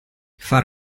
far